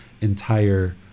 entire